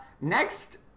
Next